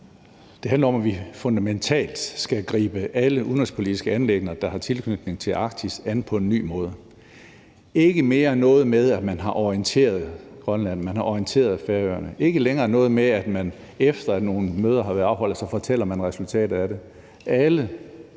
Det handler om, at vi fundamentalt skal gribe alle udenrigspolitiske anliggender, der har tilknytning til Arktis, an på en ny måde. Det skal ikke mere være noget med, at man har orienteret Grønland, at man har orienteret Færøerne; det skal ikke længere være noget med, at man, efter at nogle møder har været afholdt, fortæller resultatet af dem.